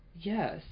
yes